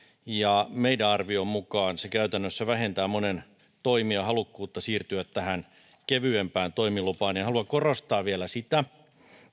ja meidän arviomme mukaan se käytännössä vähentää monen toimijan halukkuutta siirtyä tähän kevyempään toimilupaan ja ja haluan korostaa vielä sitä